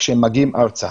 כשהם מגיעים ארצה,